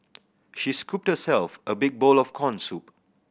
she scooped herself a big bowl of corn soup